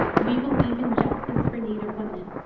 we believe in justice for native women.